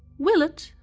willett,